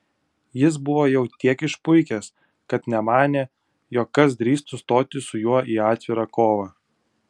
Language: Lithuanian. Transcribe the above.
jis buvo jau tiek išpuikęs kad nemanė jog kas drįstų stoti su juo į atvirą kovą